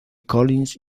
collins